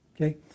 Okay